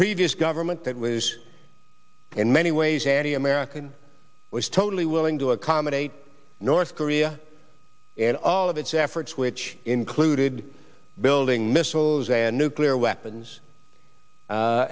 previous government that was in many ways anti american was totally willing to accommodate north korea and all of its efforts which included building missiles and nuclear weapons